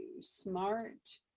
smart